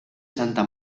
santa